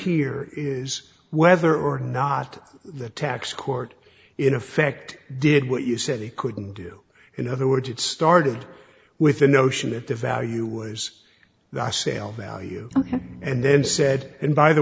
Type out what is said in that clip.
here is whether or not the tax court in effect did what you said he couldn't do in other words it started with the notion that the value was that i sale value and then said and by the